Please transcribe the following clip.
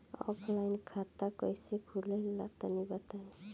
Offline खाता कइसे खुले ला तनि बताई?